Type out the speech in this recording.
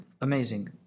amazing